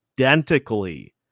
identically